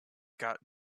got